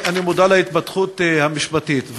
אני מודע להתפתחות המשפטית,